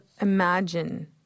imagine